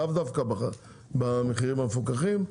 לאו דווקא במחירים המפוקחים.